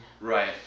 right